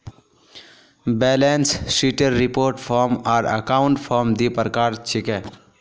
balance शीटेर report form आर account form दी प्रकार छिके